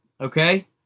Okay